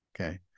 Okay